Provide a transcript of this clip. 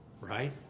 Right